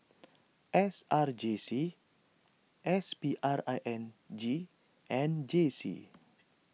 S R J C S P R I N G and J C